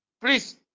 please